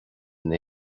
ina